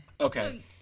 Okay